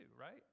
right